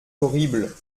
horrible